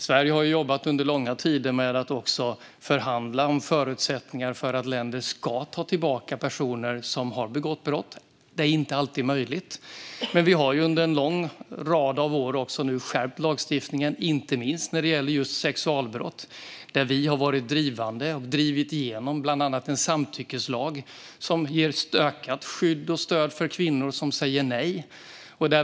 Sverige har under långa tider jobbat med att förhandla om förutsättningar för att länder ska ta tillbaka personer som har begått brott, men det är inte alltid möjligt. Under en lång rad år har skärpt lagstiftning införts, inte minst när det gäller sexualbrott. Vi har bland annat drivit igenom en samtyckeslag, som ger ökat skydd och stöd för kvinnor som säger nej.